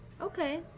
okay